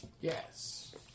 yes